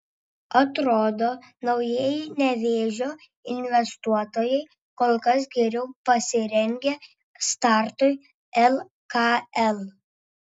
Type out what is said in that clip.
atrodo naujieji nevėžio investuotojai kol kas geriau pasirengę startui lkl